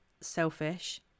selfish